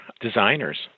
designers